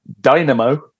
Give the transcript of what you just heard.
Dynamo